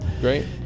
great